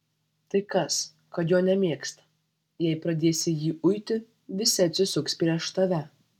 tai kas kad jo nemėgsta jei pradėsi jį uiti visi atsisuks prieš tave